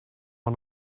man